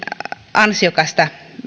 ansiokasta